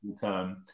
term –